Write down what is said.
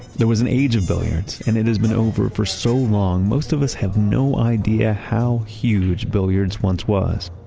there was an age of billiards, and it has been over for so long, most of us have no idea how huge billiards once was